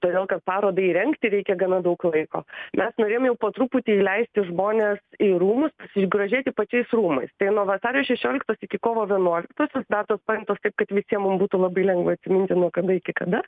todėl kad parodai rengti reikia gana daug laiko mes norėjom jau po truputį įleisti žmones į rūmus ir grožėtis pačiais rūmais tai nuo vasario šešioliktos iki kovo vienuoliktos datos parinktos taip kad visiems mum būtų labai lengva atsiminti nuo kada iki kada